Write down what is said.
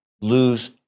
lose